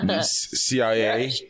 CIA